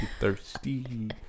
thirsty